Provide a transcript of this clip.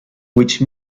which